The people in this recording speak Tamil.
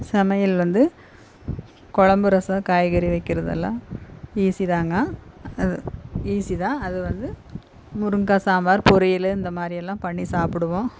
சமையல் வந்து குழம்பு ரசம் காய்கறி வைக்கிறதெல்லாம் ஈஸி தாங்க அது ஈஸி தான் அது வந்து முருங்க்காய் சாம்பார் பொரியலு இந்த மாதிரியெல்லாம் பண்ணி சாப்பிடுவோம்